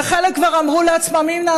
וחלק כבר אמרו לעצמם: הינה,